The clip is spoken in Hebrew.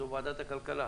זו ועדת הכלכלה.